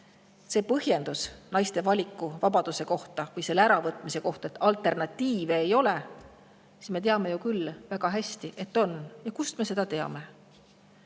See põhjendus naiste valikuvabaduse äravõtmise kohta, et alternatiive ei ole – me teame ju väga hästi, et on. Ja kust me seda teame?